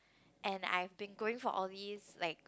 and I have been going for all these like